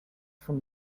from